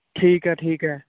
ਠੀਕ ਹੈ ਠੀਕ ਹੈ